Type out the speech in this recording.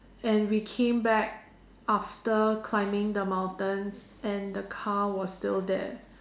and we came back after climbing the mountains and the car was still there